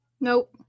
nope